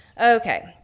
Okay